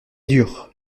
dure